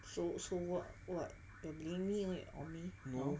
so so what what you're blaming it on me now